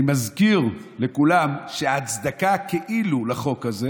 אני מזכיר לכולם שההצדקה כאילו לחוק הזה